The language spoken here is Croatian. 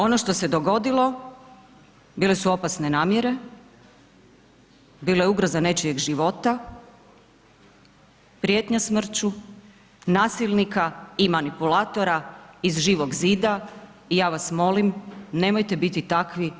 Ono što se dogodilo bile su opasne namjere, bilo je ugroza nečijeg života, prijetnja smrću nasilnika i manipulatora iz Živog zida i ja vas molim, nemojte biti takvi.